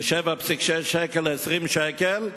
מ-7.6 שקלים ל-20 שקל,